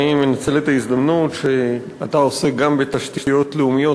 אני מנצל את ההזדמנות שאתה עסוק גם בתשתיות לאומיות,